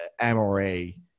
MRA